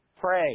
Pray